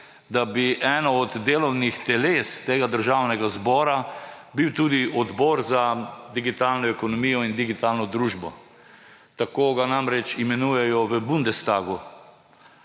da bi eno od delovnih teles tega državnega zbora bil tudi odbor za digitalno ekonomijo in digitalno družbo, tako ga namreč imenujejo v bundestagu.